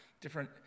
Different